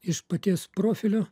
iš paties profilio